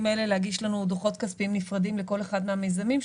האלה להגיש לנו דוחות כספיים נפרדים לכל אחד מהמיזמים,